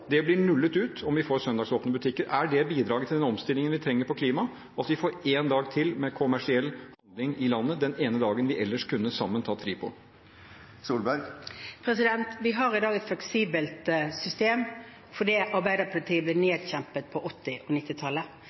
Det blir nullet ut om vi får søndagsåpne butikker. Er det bidraget til den omstillingen vi trenger på klimaområdet, at vi får én dag til med kommersiell handling i landet den ene dagen vi ellers kunne tatt fri sammen? Vi har i dag et fleksibelt system fordi Arbeiderpartiet ble nedkjempet på 1980-tallet og